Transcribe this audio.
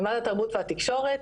מימד התרבות והתקשורת,